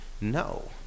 No